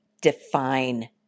define